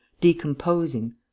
decomposing